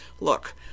look